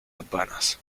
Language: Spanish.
campanas